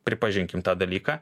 pripažinkim tą dalyką